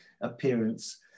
appearance